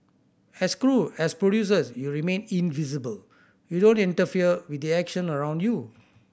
as crew as producers you remain invisible you don't interfere with the action around you